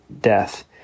death